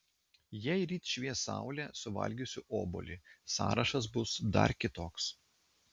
jei ryt švies saulė suvalgysiu obuolį sąrašas bus dar kitoks